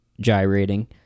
gyrating